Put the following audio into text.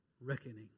Reckoning